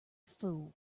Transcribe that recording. fool